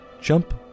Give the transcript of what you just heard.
Jump